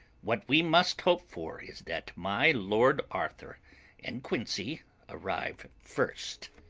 what we must hope for is that my lord arthur and quincey arrive first.